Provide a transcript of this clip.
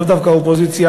לאו דווקא אופוזיציה,